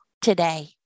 today